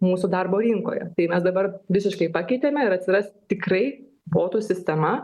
mūsų darbo rinkoje tai mes dabar visiškai pakeitėme ir atsiras tikrai botų sistema